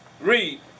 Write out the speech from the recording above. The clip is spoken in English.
Read